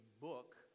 book